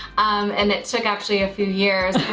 and it took actually a few years,